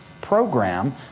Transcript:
program